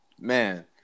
man